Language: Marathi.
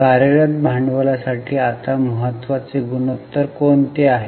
कार्यरत भांडवलासाठी आता महत्वाचे गुणोत्तर कोणते आहे